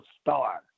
star